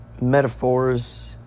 metaphors